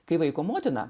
kai vaiko motina